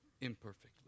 imperfectly